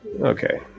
Okay